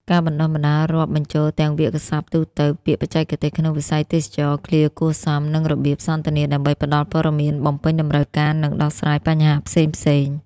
ការបណ្តុះបណ្តាលរាប់បញ្ចូលទាំងវាក្យសព្ទទូទៅ ពាក្យបច្ចេកទេសក្នុងវិស័យទេសចរណ៍ ឃ្លាគួរសម និងរបៀបសន្ទនាដើម្បីផ្តល់ព័ត៌មាន បំពេញតម្រូវការ និងដោះស្រាយបញ្ហាផ្សេងៗ។